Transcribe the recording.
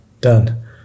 Done